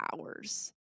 hours